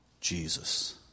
Jesus